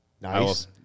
nice